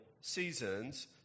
seasons